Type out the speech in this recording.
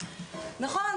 נכון,